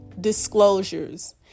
disclosures